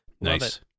Nice